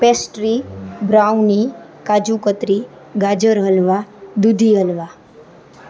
pastry brownie kaju katri gajar halwa dudhi halwa